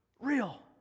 Real